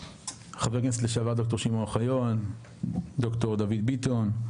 חבר הכנסת לשעבר ד"ר שמעון אוחיון, ד"ר דוד ביטון,